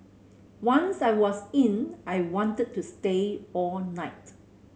once I was in I wanted to stay all night